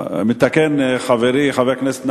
מתקן חברי חבר הכנסת נפאע,